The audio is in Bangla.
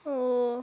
ও